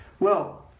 well,